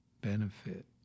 benefit